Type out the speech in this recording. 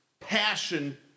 passion